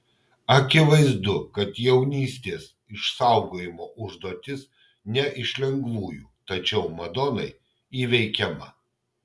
akivaizdu kad jaunystės išsaugojimo užduotis ne iš lengvųjų tačiau madonai įveikiama